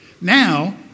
Now